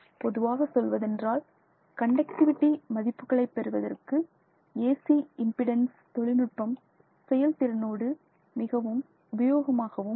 பொதுவாக சொல்வதென்றால் கண்டக்டிவிடி மதிப்புகளை பெறுவதற்கு ஏசி இம்பிடன்ஸ் தொழில்நுட்பம் செயல்திறனோடு மிகவும் உபயோகமாகவும் நமக்கு உள்ளது